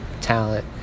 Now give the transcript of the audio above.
talent